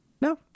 No